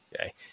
Okay